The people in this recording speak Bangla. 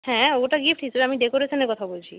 হ্যাঁ ওটা গিফট হিসেবে আমি ডেকরেশানের কথা বলছি